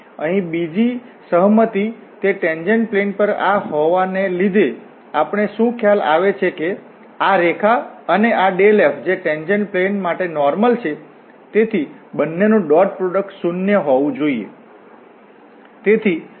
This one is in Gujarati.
અહીં બીજી સહમતી તે ટેન્જેન્ટ પ્લેન પર આ હોવાને લીધે આપણને શું ખ્યાલ આવે છે કે આ રેખા અને આ ∇ f જે ટેન્જેન્ટ પ્લેન માટે નોર્મલ છે તેથી બંનેનું ડોટ પ્રોડક્ટ શૂન્ય હોવું જોઈએ